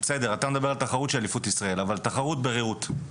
אתה מדבר על תחרות של אליפות ישראל אבל תחרות ליגה